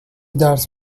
درس